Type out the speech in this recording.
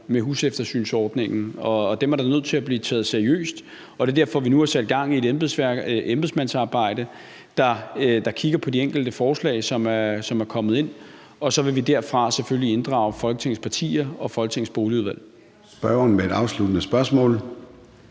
med huseftersynsordningen, og dem er man nødt til at tage seriøst. Det er derfor, at vi nu har sat gang i et embedsmandsarbejde, der kigger på de enkelte forslag, som er kommet ind, og så vil vi derfra selvfølgelig inddrage Folketingets partier og Folketingets Boligudvalg.